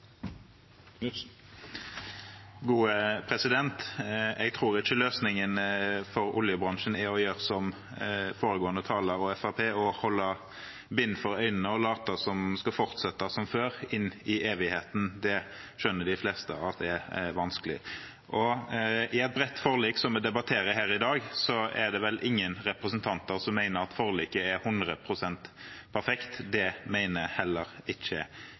Jeg tror ikke løsningen for oljebransjen er å gjøre som foregående taler og Fremskrittspartiet – å holde bind for øynene og late som om den skal fortsette som før inn i evigheten. Det skjønner de fleste at er vanskelig. I et bredt forlik, som vi debatterer her i dag, er det vel ingen representanter som mener at forliket er hundre prosent perfekt. Det mener heller ikke jeg.